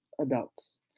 adults